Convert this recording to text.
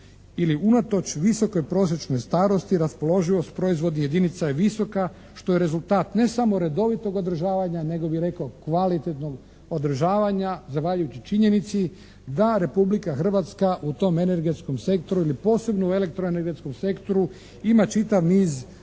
ili unatoč visokoj prosječnoj starosti raspoloživost proizvodnih jedinica je visoka što je rezultat ne samo redovitog održavanja nego bi rekao kvalitetnog održavanja zahvaljujući činjenici da Republika Hrvatska u tom energetskom sektoru ili posebno u elektro-energetskom sektoru ima čitav niz važnih